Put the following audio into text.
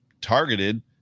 targeted